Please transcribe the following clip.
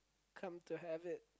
come to have it